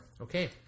Okay